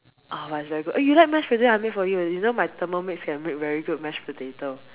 oh but it's very good eh you like mash potato I make for you you know my Thermomix can make very good mash potato